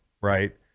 right